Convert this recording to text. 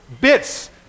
bits